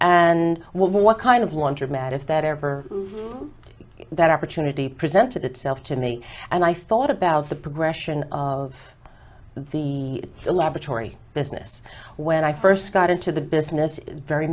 and what kind of laundromat if that ever that opportunity presented itself to me and i thought about the progression of the laboratory business when i first got into the business is very